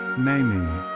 mamie,